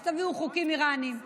אז תביאו חוקים איראניים,